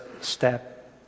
step